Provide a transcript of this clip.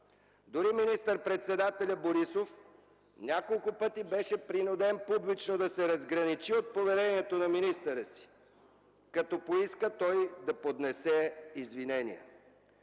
Дори министър-председателят Борисов няколко пъти беше принуден публично да се разграничи от поведението на министъра си, като поиска той да поднесе извинение.